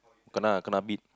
kena kena beat